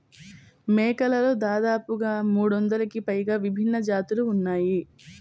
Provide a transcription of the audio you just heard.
మేకలలో దాదాపుగా మూడొందలకి పైగా విభిన్న జాతులు ఉన్నాయి